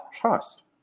trust